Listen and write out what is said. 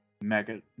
Mega